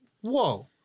whoa